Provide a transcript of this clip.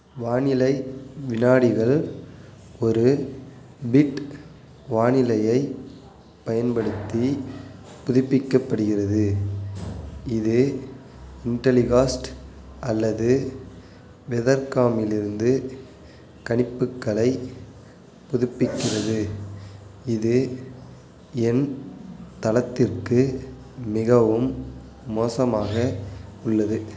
வானிலை வினாடிகள் ஒரு பிட் வானிலையைப் பயன்படுத்தி புதுப்பிக்கப்படுகிறது இது இன்டெலிகாஸ்ட் அல்லது வெதர்காமிலிருந்து கணிப்புகளைப் புதுப்பிக்கிறது இது என் தளத்திற்கு மிகவும் மோசமாக உள்ளது